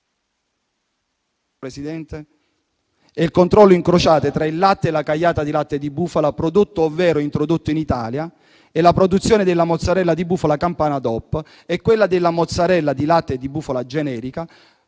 verifica e il controllo incrociato tra il latte e le cagliate di latte di bufala prodotto ovvero introdotto in Italia, e la produzione della mozzarella di bufala campana DOP e quella della mozzarella di latte di bufala generica,